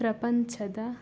ಪ್ರಪಂಚದ